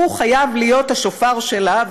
חייב להיות השופר שלה,